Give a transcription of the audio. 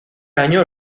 año